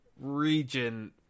region